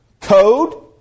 code